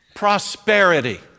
prosperity